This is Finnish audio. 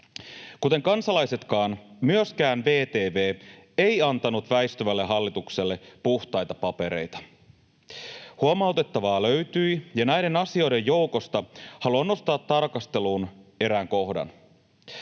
Kuten kansalaiset myöskään VTV ei antanut väistyvälle hallitukselle puhtaita papereita. Huomautettavaa löytyi, ja näiden asioiden joukosta haluan nostaa tarkasteluun erään kohdan.